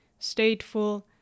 stateful